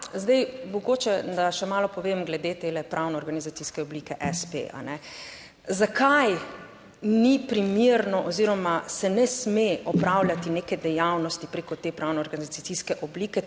zdaj mogoče, da še malo povem glede te pravnoorganizacijske oblike s.p. Zakaj ni primerno oziroma se ne sme opravljati neke dejavnosti preko te pravnoorganizacijske oblike,